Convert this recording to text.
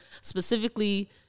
specifically